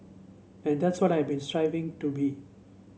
and that's what I have been striving to be